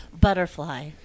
Butterfly